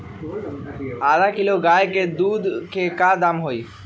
आधा किलो गाय के दूध के का दाम होई?